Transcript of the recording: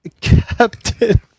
Captain